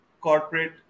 corporate